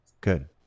Good